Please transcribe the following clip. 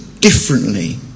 differently